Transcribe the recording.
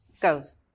goes